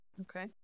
Okay